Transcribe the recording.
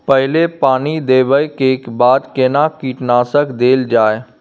पहिले पानी देबै के बाद केना कीटनासक देल जाय?